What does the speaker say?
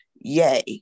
yay